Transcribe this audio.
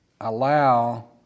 allow